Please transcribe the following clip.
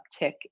uptick